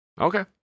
Okay